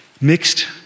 mixed